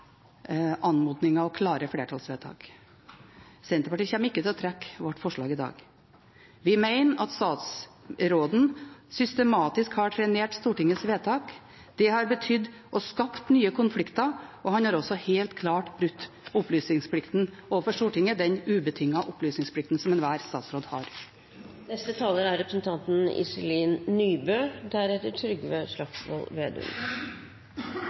anmodninger og klare flertallsvedtak. Senterpartiet kommer ikke til å trekke sitt forslag i dag. Vi mener at statsråden systematisk har trenert Stortingets vedtak. Det har betydd og skapt nye konflikter, og han har også helt klart brutt opplysningsplikten overfor Stortinget – den ubetingede opplysningsplikten som enhver statsråd